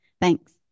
Thanks